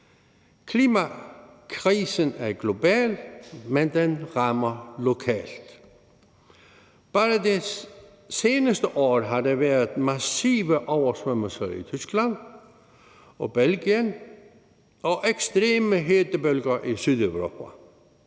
Klimakrisen er global, men den rammer lokalt. Bare i det seneste år har der været massive oversvømmelser i Tyskland og Belgien og ekstreme hedebølger i Sydeuropa,